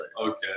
okay